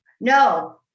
No